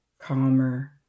calmer